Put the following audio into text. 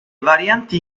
varianti